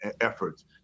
efforts